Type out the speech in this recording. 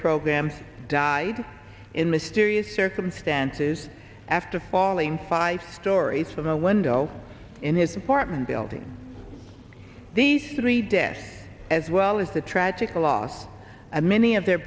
program died in mysterious circumstances after falling five stories from a window in his apartment building these three deaths as well as the tragic loss of many of their